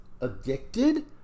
addicted